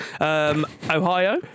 Ohio